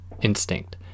instinct